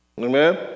Amen